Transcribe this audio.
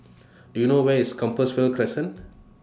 Do YOU know Where IS Compassvale Crescent